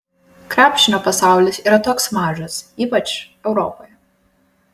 krepšinio pasaulis yra toks mažas ypač europoje